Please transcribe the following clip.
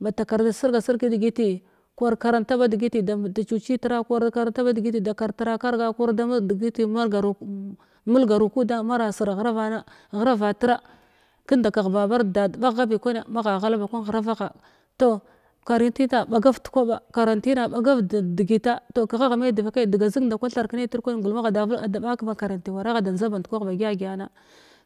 Mbata karda sirga sing kadigiti ku ar karanta ba degiti da chucitra ka aar karanta ba digiti da kartra karga ko ar dama digit malgar- mulgaru kuda mara sira gharavana-ghravatra tunda kagh babard dadd ɓaghabi kwanya magha ghala ba kwan ghravagha toh kwarantina ɓagav de kwaɓa karantina ɓagav di dedigita toh kagh agha me devakai dega zig nda kwa tharkene nitr kwani ngulma agha-devid ada ɓak makaranti wara agha da njda band kwah ba gyayana